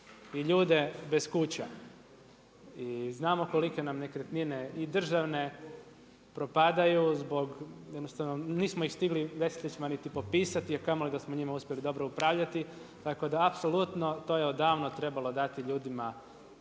i ljude bez kuća i znamo koliko nam nekretnine i državne propadaju zbog, jednostavno nismo ih stigli …/Govornik se ne razumije./… niti popisati a kamo li da smo njima uspjeli dobro upravljati, tako da apsolutno to je odavno trebalo dati ljudima